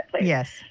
yes